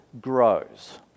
grows